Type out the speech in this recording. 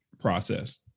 process